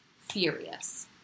furious